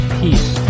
peace